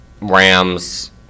Rams